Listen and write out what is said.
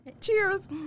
Cheers